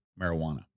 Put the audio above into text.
marijuana